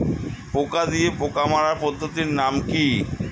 পোকা দিয়ে পোকা মারার পদ্ধতির নাম কি?